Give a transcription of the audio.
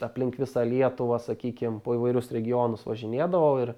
aplink visą lietuvą sakykim po įvairius regionus važinėdavau ir